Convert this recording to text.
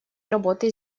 работы